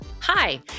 Hi